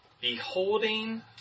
beholding